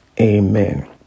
Amen